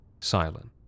silent